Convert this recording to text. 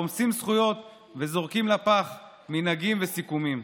רומסים זכויות וזורקים לפח מנהגים וסיכומים.